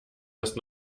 erst